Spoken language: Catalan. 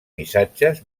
missatges